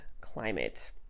climate